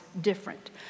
different